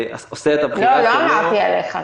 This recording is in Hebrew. עושה את הבחירות שלו --- לא אמרתי עליך,